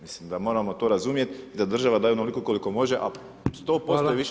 Mislim da moramo to razumjet i da država daje onoliko koliko može, a 100% je više